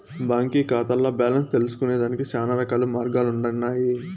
బాంకీ కాతాల్ల బాలెన్స్ తెల్సుకొనేదానికి శానారకాల మార్గాలుండన్నాయి